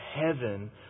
heaven